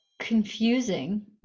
confusing